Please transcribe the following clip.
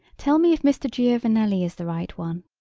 tell me if mr. giovanelli is the right one?